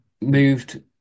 moved